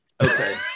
Okay